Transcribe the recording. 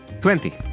Twenty